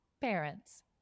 parents